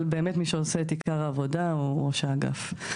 אבל באמת מי שעושה את עיקר העבודה הוא ראש האגף,